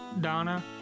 Donna